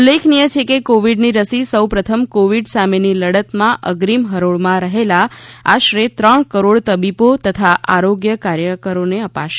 ઉલ્લેખનિય છે કે કોવીડની રસી સૌપ્રથમ કોવીડ સામેની લડતમાં અગ્રીમ હરોળમાં રહેલા આશરે ત્રણ કરોડ તબીબો તથા આરોગ્ય કાર્યકરોને અપાશે